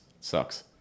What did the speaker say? sucks